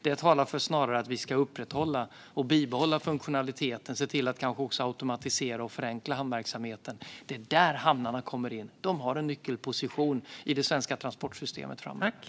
Det talar snarare för att vi ska upprätthålla och bibehålla funktionaliteten och kanske också se till att automatisera och förenkla hamnverksamheten. Det är här hamnarna kommer in. De har en nyckelposition i det svenska transportsystemet framöver.